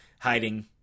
hiding